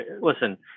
listen